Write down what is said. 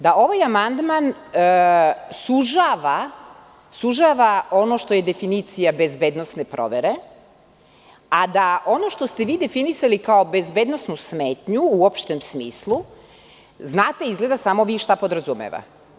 Da ovaj amandman sužava ono što je definicija bezbednosne provere, a da ono što ste vi definisali kao bezbednosnu smetnju u opštem smislu, znate izgleda samo vi šta podrazumeva.